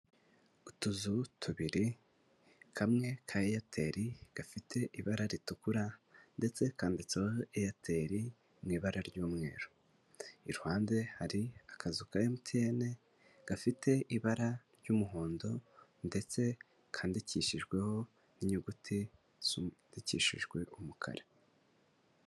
Utuzu tubiri, kamwe ka eyateri gafite ibara ritukura ndetse kanditseho eyateri mu ibara ry'umweru. Iruhande hari akazu ka Emutiyeni gafite ibara ry'umuhondo ndetse kandikishijweho n'inyuguti zandikishijwe umukara.